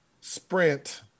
sprint